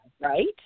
right